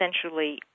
essentially